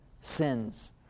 sins